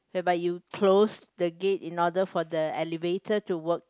whereby you close the gate in order for the elevator to work